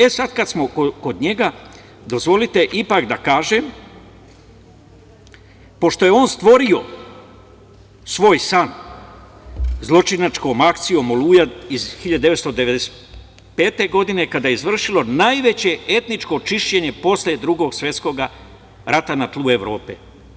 E, sad kada smo kod njega, dozvolite ipak da kažem, pošto je on stvorio svoj san, zločinačkom akcijom Oluja iz 1995. godine, kada je izvršeno najveće etničko čišćenje posle Drugog svetskog rata na tlu Evrope.